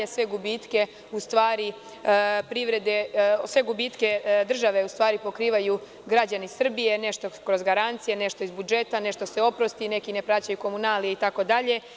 Sve gubitke države u stvari pokrivaju građani Srbije, nešto kroz garancije, nešto iz budžeta, nešto se oprosti, neki ne plaćaju komunalije itd.